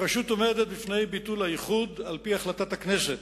הרשות עומדת בפני ביטול האיחוד על-פי החלטת הכנסת.